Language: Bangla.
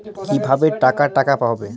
কিভাবে টাকা কাটা হবে?